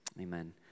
Amen